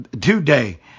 today